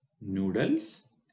Noodles